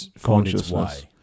consciousness